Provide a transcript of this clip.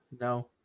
no